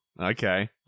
Okay